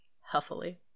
huffily